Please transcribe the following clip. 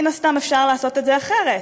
מן הסתם אפשר לעשות את זה אחרת.